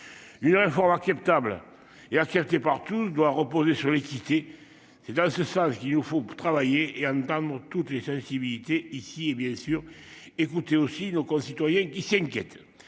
Une réforme acceptable et à ce qui été partout doit reposer sur l'équité. C'est dans ce ça je dis nous faut travailler et à ne toutes les sensibilités ici bien sûr écoutez aussi nos concitoyens qui s'inquiète,